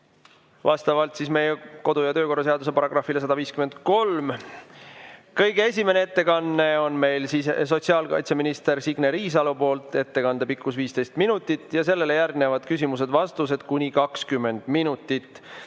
vastavalt meie kodu‑ ja töökorra seaduse §‑le 153. Kõige esimene ettekanne on meil sotsiaalkaitseminister Signe Riisalolt, ettekande pikkus on 15 minutit ja sellele järgnevad küsimused-vastused kuni 20 minutit.